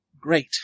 Great